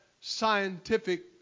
scientific